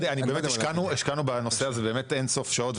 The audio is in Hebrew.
אנחנו באמת השקענו בנושא הזה באמת אינסוף שעות,